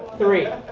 three.